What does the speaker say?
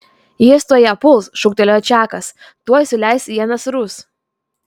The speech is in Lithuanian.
jis tuoj ją puls šūktelėjo čakas tuoj suleis į ją nasrus